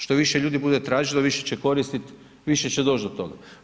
Što više ljudi bude tražilo, više će koristiti, više će doći do toga.